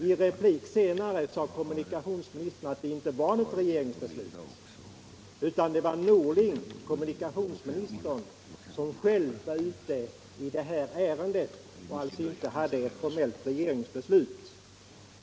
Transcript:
I en replik senare sade kommunikationsministern att det inte var något regeringsbeslut, utan att det var kommunikationsminister Norling som själv var ute i det här ärendet. Det gällde alltså inte något formellt regeringsbeslut.